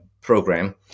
program